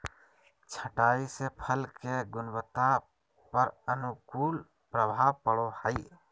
छंटाई से फल के गुणवत्ता पर अनुकूल प्रभाव पड़ो हइ